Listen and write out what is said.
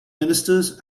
ministers